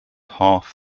half